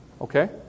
Okay